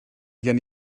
gen